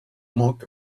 monk